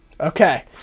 Okay